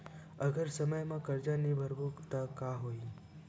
अगर समय मा कर्जा नहीं भरबों का होई?